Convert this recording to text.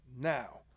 now